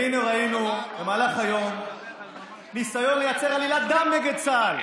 והינה ראינו במהלך היום ניסיון לייצר עלילת דם נגד צה"ל,